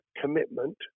commitment